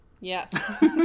Yes